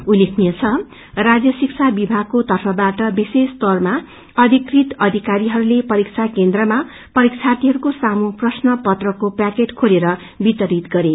उल्लेखनीय छ कि राज्य शिक्षा विभागको तर्फबाट विशेष तौरमा अषिकृत अध्कारले परीक्षा केन्द्रमा परीक्षार्यीहरूको सामुद प्रश्न पत्रको प्याकेट खेलेर वितरित गरे